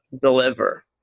deliver